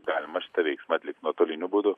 galima šitą veiksmą atlikti nuotoliniu būdu